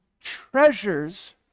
treasures